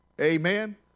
Amen